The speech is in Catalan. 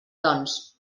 doncs